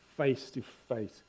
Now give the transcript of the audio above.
face-to-face